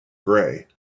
gray